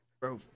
bro